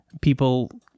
People